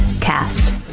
Cast